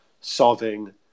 solving